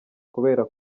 kubera